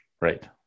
Right